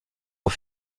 des